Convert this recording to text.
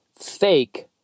fake